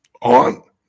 on